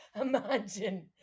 imagine